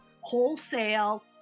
wholesale